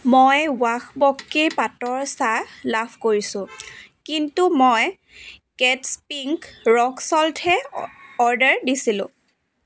মই ৱাঘ বক্ৰি পাতৰ চাহ লাভ কৰিছোঁ কিন্তু মই কেট্ছ পিংক ৰ'ক ছল্টহে অৰ্ডাৰ দিছিলোঁ